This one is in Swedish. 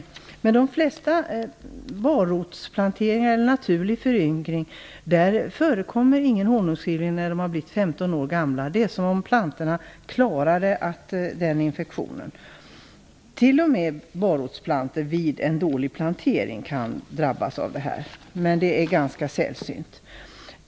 När det gäller de flesta barrotsplaneringar och naturlig föryngring förekommer ingen honungsskivling när plantorna blivit 15 år gamla. Det är som om plantorna klarade den infektionen. T.o.m. barrotsplantor vid en dålig plantering kan drabbas, men det är ganska sällsynt.